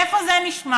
איפה זה נשמע?